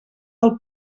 del